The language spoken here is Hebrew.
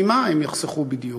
ממה הם יחסכו בדיוק,